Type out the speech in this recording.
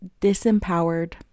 disempowered